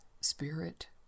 spirit